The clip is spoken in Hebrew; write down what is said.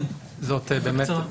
כן, בקצרה.